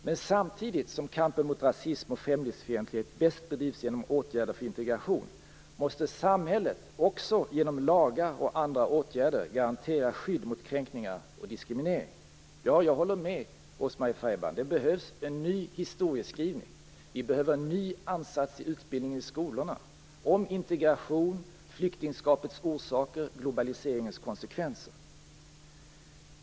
Men samtidigt som kampen mot rasism och främlingsfientlighet bäst bedrivs genom åtgärder för integration, måste samhället också genom lagar och andra åtgärder garantera skydd mot kränkningar och diskriminering. Jag håller med Rose-Marie Frebran; det behövs en ny historieskrivning. Vi behöver en ny ansats i utbildningen i skolorna om integrationen, flyktingskapets orsaker och globaliseringens konsekvenser.